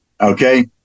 okay